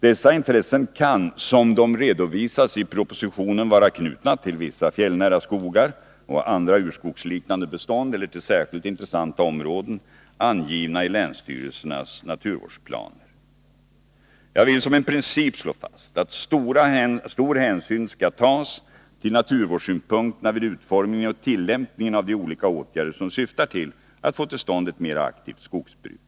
Dessa intressen kan, som de redovisas i propositionen, vara knutna till fjällnära skogar och andra urskogsliknande bestånd eller till särskilt intressanta områden, angivna i länsstyrelsernas naturvårdsplaner. Jag vill som en princip slå fast, att stor hänsyn skall tas till naturvårdssynpunkterna vid utformningen och tillämpningen av de olika åtgärder som syftar till att få till stånd ett mera aktivt skogsbruk.